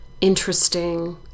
interesting